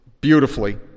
Beautifully